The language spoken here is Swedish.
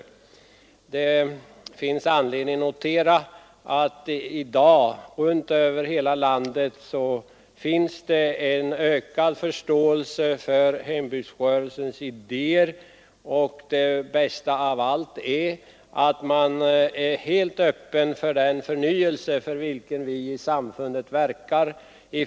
Vi har anledning att observera att det i dag över hela landet finns en ökad förståelse för hembygdsrörelsens idéer. Det bästa av allt är att man är helt öppen för den förnyelse av ämnesinriktningen för vilken vi i samfundet verkar.